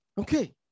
Okay